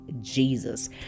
jesus